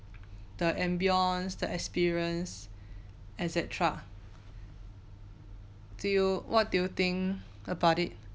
the ambience the experience etcetera to you what do you think about it